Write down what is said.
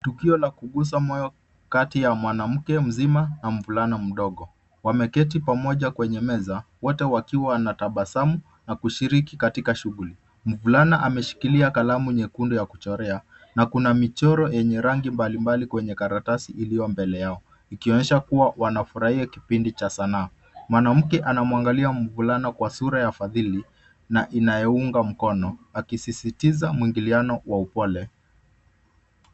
Tukio la kugusa moyo kati ya mwanamke mzima na mvulana mdogo. Wameketi pamoja kwenye meza, wote wakiwa wanatabasamu na kushiriki katika shughuli. Mvulana ameshikilia kalamu nyekundu ya kuchorea na kuna michoro yenye rangi mbalimbali kwenye karatasi iliyo mbele yao, ikionyesha kuwa wanafurahia kipindi cha sanaa. Mwanamke anamwangalia mvulana kwa sura ya fadhili na inayounga mkono, akisisitiza muingiliano kwa upole.